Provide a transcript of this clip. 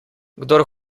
kdor